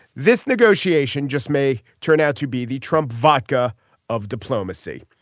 this negotiation just may turn out to be the trump vodka of diplomacy.